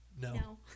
No